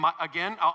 Again